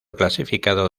clasificado